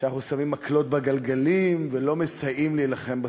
שאנחנו שמים מקלות בגלגלים ולא מסייעים להילחם בטרור.